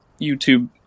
YouTube